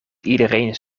iedereen